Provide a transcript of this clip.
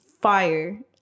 fire